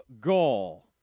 Gall